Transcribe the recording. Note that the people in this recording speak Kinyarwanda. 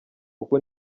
uku